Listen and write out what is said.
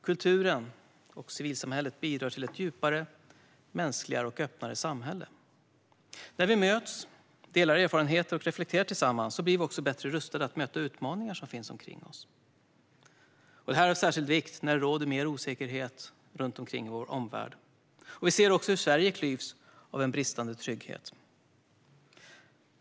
Herr talman! Kulturen och civilsamhället bidrar till ett djupare, mänskligare och öppnare samhälle. När vi möts, delar erfarenheter och reflekterar tillsammans blir vi också bättre rustade att möta utmaningar som finns omkring oss. Det här är av särskild vikt när det råder mer osäkerhet i vår omvärld och vi ser hur också Sverige klyvs av brist på trygghet.